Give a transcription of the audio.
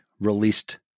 released